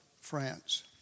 France